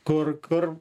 kur kur